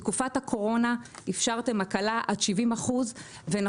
בתקופת הקורונה אפשרתם הקלה עד 70%. ונכון,